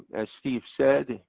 as steve said,